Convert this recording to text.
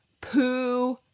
Poo